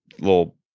little